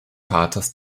vaters